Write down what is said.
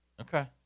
Okay